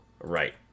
Right